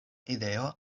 ideo